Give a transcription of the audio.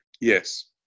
Yes